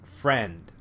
friend